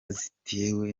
zitewe